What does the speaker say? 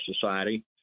society